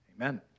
Amen